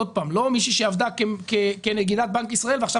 לא מישהו שעבדה כנגידת בנק ישראל ועכשיו